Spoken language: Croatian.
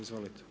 Izvolite.